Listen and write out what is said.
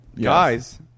Guys